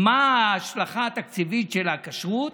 מה ההשלכה התקציבית של הכשרות?